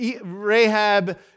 Rahab